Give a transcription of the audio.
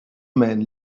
man